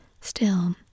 Still